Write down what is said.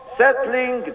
settling